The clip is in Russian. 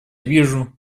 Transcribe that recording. вижу